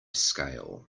scale